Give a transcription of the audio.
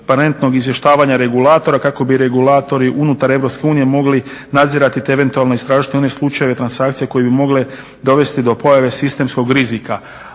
izvještavanja regulatora kako bi regulatori unutar EU mogli nadzirati te eventualno istražiti one slučajeve transakcije koje bi mogle dovesti do pojave sistemskog rizika.